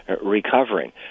recovering